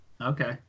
Okay